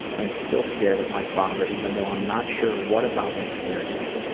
i'm still scared of my father even though i'm not sure what about him scares me.